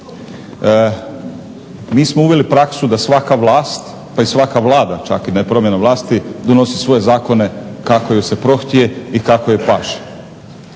Mi smo uveli praksu da svaka vlast pa čak i svaka vlada čak i ne promjena vlasti donosi svoje zakone kako joj se prohtje i kako joj paše.